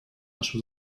наши